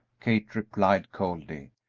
kate replied, coldly.